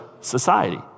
society